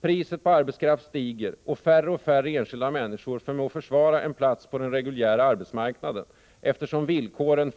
Priset på arbetskraft stiger, och färre och färre enskilda människor förmår försvara en plats på den reguljära arbetsmarknaden eftersom villkoren